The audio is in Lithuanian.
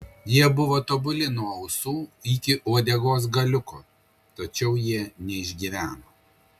jie buvo tobuli nuo ausų iki uodegos galiuko tačiau jie neišgyveno